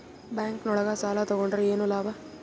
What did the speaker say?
Bank ನೊಳಗ ಸಾಲ ತಗೊಂಡ್ರ ಏನು ಲಾಭ?